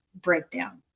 breakdown